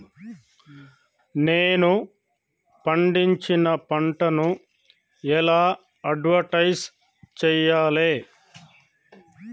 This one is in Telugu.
నేను పండించిన పంటను ఎలా అడ్వటైస్ చెయ్యాలే?